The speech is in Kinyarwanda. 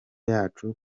yacu